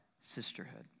sisterhood